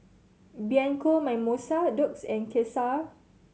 Bianco Mimosa Doux and Cesar